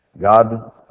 God